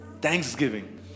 thanksgiving